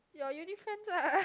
your uni friends lah